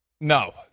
No